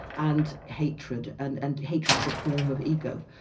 and hatred. and and hatred is a form of ego.